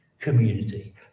community